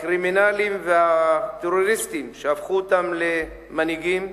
הקרימינלים והטרוריסטים שהפכו אותם למנהיגים.